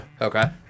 Okay